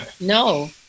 No